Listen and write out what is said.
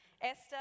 Esther